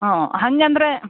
ಹ್ಞೂ ಹಾಗಂದ್ರೆ